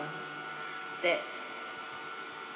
that